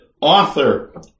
author